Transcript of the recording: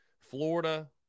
Florida